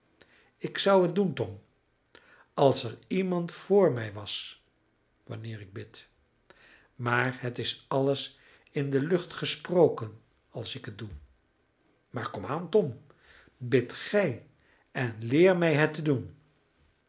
ik zou het doen tom als er iemand vr mij was wanneer ik bid maar het is alles in de lucht gesproken als ik het doe maar kom aan tom bidt gij en leer mij het te doen